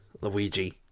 Luigi